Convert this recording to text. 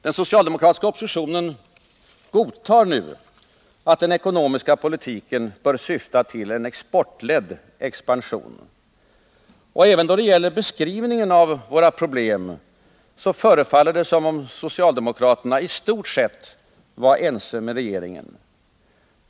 Den socialdemokratiska oppositionen godtar nu att den ekonomiska politiken bör syfta till en exportledd expansion. Även då det gäller beskrivningen av våra problem förefaller det som om socialdemokraterna i stort sett är ense med regeringen.